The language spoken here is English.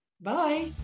bye